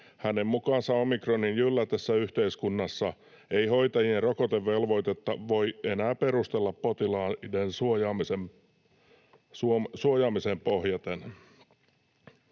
Hänen mukaansa omikronin jyllätessä yhteiskunnassa ei hoitajien rokotevelvoitetta voi enää perustella potilaiden suojaamiseen pohjaten.”